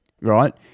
right